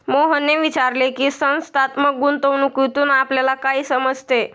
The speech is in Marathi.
मोहनने विचारले की, संस्थात्मक गुंतवणूकीतून आपल्याला काय समजते?